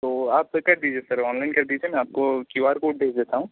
तो आप सर कर दीजिए ऑनलाइन कर दीजिए मैं आपको क्यू आर कोड भेज देता हूँ